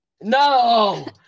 No